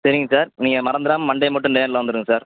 சரிங்க சார் நீங்கள் மறந்துறாமல் மண்டே மட்டும் நேரில் வந்துருங்க சார்